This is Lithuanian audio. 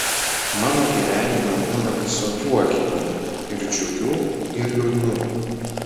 mano gyvenime būna visokių akimirkų ir džiugių ir liūdnų